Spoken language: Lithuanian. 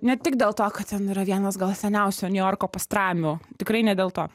ne tik dėl to kad ten yra vienas gal seniausių niujorko pastramių tikrai ne dėl to